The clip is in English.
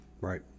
Right